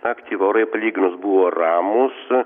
naktį orai palyginus buvo ramūs